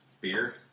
Beer